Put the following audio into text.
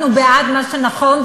אנחנו בעד מה שנכון,